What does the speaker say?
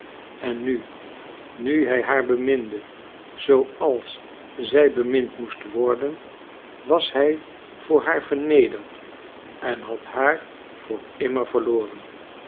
en nu nu hij haar beminde zooals zij bemind moest worden was hij voor haar vernederd en had haar voor immer verloren